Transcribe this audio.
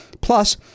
plus